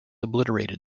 obliterated